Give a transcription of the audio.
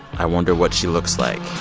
i wonder what she looks like.